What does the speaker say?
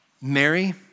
Mary